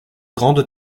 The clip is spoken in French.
grande